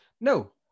No